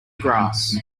grass